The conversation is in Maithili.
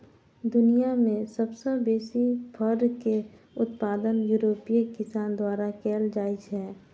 दुनिया मे सबसं बेसी फर के उत्पादन यूरोपीय किसान द्वारा कैल जाइ छै